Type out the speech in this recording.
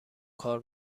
کار